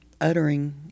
uttering